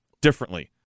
differently